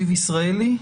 מכובדיי,